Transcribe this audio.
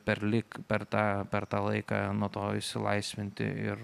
per lyg per tą per tą laiką nuo to išsilaisvinti ir